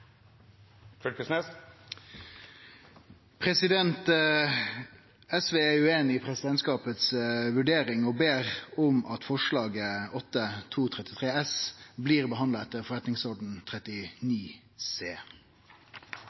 Fylkesnes har bedt om ordet. SV er ueinig i presidentskapets vurdering og ber om at forslaget, Dokument 8:233 S for 2017–2018, blir behandla etter forretningsordenens § 39 c.